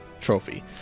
trophy